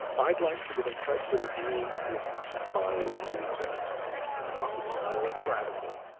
i'd like to get in touch with a being who is mildly rebellious not a violent radical,